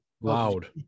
Loud